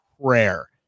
prayer